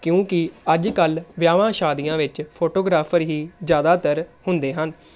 ਕਿਉਂਕਿ ਅੱਜ ਕੱਲ੍ਹ ਵਿਆਹਵਾਂ ਸ਼ਾਦੀਆਂ ਵਿੱਚ ਫੋਟੋਗ੍ਰਾਫ਼ਰ ਹੀ ਜ਼ਿਆਦਾਤਰ ਹੁੰਦੇ ਹਨ